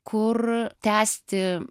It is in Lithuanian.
kur tęsti